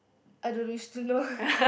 I don't wish to know